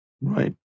Right